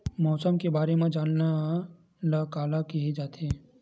मौसम के बारे म जानना ल का कहे जाथे?